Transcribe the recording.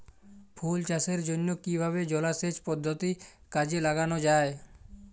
ফুল চাষের জন্য কিভাবে জলাসেচ পদ্ধতি কাজে লাগানো যাই?